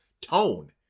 tone